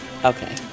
Okay